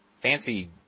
fancy